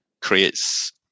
creates